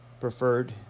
preferred